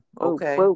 Okay